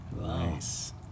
Nice